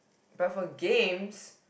but for games